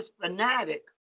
fanatic